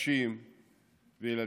נשים וילדים.